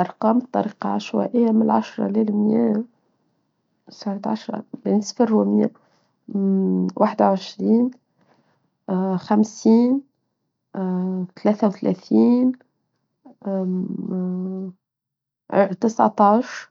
أرقام طريقة عشوائية من العشرة إلى المئة سنة عشر بين سفر ومئة واحدة وعشرين خمسين ثلاثة وثلاثين تسعة تاش